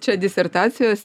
čia disertacijos